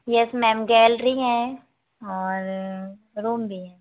yes ma'am gallery है और room भी है